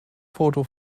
foto